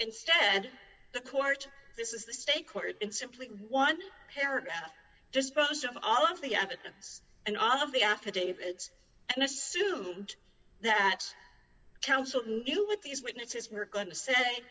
instead the court this is the state court and simply one paragraph dispose of all of the evidence and all of the affidavits and assume that counsel knew what these witnesses were going to say